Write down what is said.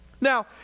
Now